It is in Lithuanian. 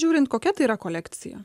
žiūrint kokia tai yra kolekcija